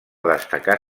destacar